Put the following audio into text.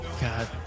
God